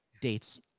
dates